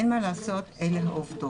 אין מה לעשות, אלה הן העובדות.